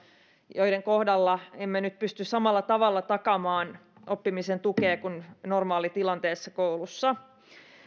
joiden kohdalla emme nyt pysty samalla tavalla takaamaan oppimisen tukea kuin normaalitilanteessa koulussa